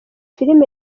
filime